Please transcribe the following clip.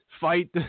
fight